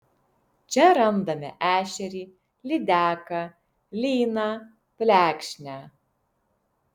čia randame ešerį lydeką lyną plekšnę